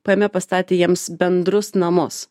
paėmė pastatė jiems bendrus namus